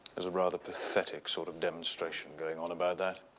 there's a rather pathetic sort of demonstration going on about that.